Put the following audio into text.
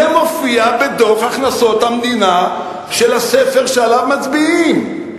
זה מופיע בדוח הכנסות המדינה של הספר שעליו מצביעים.